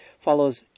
follows